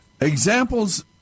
examples